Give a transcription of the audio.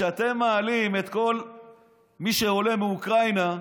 כשאתם מעלים את כל מי שעולה מאוקראינה,